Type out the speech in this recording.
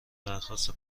درخواست